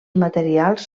materials